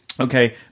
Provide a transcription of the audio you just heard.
Okay